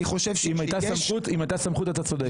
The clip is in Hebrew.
אם הייתה סמכות, אתה צודק.